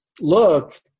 look